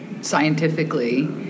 scientifically